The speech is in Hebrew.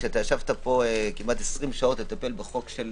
עת אתה ישבת כאן כמעט 20 שעות לטפל בחוק של